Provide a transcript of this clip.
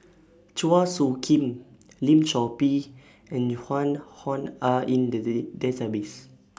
Chua Soo Khim Lim Chor Pee and Joan Hon Are in The Day Database